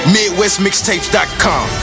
MidwestMixtapes.com